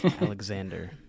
alexander